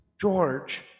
George